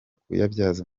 kuyabyaza